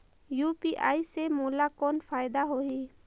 UPI से मोला कौन फायदा होही?